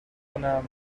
کنم